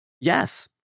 Yes